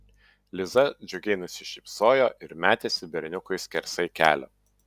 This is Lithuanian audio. liza džiugiai nusišypsojo ir metėsi berniukui skersai kelio